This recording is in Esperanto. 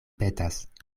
petas